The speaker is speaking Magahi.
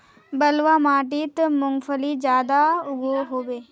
बलवाह माटित मूंगफली ज्यादा उगो होबे?